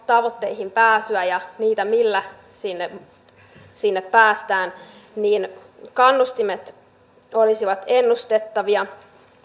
tavoitteisiin pääsyä ja sitä millä sinne sinne päästään niin kannustimet olisivat ennustettavia